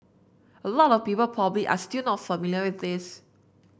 a lot of people probably are still not familiar with this